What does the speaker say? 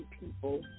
people